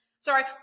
Sorry